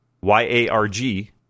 Y-A-R-G